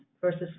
versus